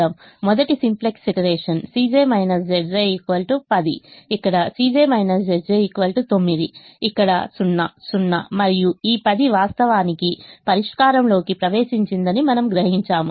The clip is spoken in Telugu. మొదటి సింప్లెక్స్ ఇతరేషన్ 10 ఇక్కడ 9 ఇక్కడ 00 మరియు ఈ 10 వాస్తవానికి పరిష్కారంలోకి ప్రవేశించిందని మనము గ్రహించాము